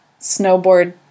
snowboard